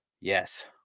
yes